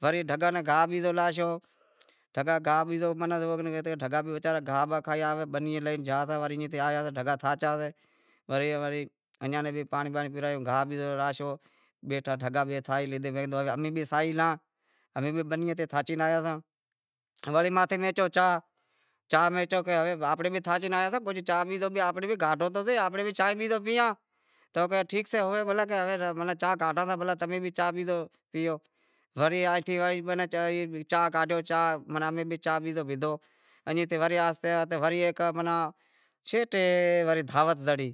ڈھگاں ناں گاہ بیزو لاوی ڈنو، ڈھگا وچارا گاہ باہ کھائی آویں، بنیئے لے گیا ہتا وڑے لیئی آیا ایم ڈھگا تھاچا ہتا، ایئاں نیں بھی پانڑی بانڑی پیاوڑیو، گاہ بیزو لاشو، دھگاں بھی ساہی لیدہی تو کہیو امیں بھی ساہی لاں، امیں بھی بنیئے تے تھاچے آیاساں پسے وڑے چانہیں امیں تھاچے آیاسیں چانہیں بانہیں کاڈہاں، آنپڑی بھی چانہیں کاڈہو تو صحیح آپیں بھی چانہیں بانہیں پیواں تو کہیو چلو ٹھیک سے تو کہینتے امیں چانہاں کاڈہاں تاں تمیں بھی چانہیں بیزو پیئو۔ وری چانہیں کاڈھو امیں بھی چانہیں بیزی پیدہو ایئں تھے وڑے ایم آہستے آہستے شیٹے ہیک دعوت زڑی